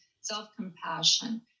self-compassion